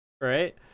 right